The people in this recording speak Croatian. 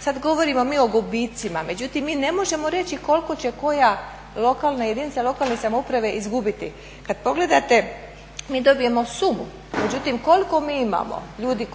Sada govorimo mi o gubicima, međutim mi ne možemo reći koliko će koja lokalna jedinica lokalne samouprave izgubiti. Kada pogledate mi dobijemo sumu međutim koliko mi imamo? Ljuti